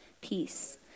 peace